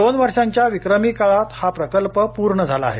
दोन वर्षांच्या विक्रमी काळात हा प्रकल्प पूर्ण झाला आहे